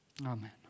Amen